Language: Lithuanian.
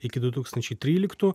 iki du tūkstančiai tryliktų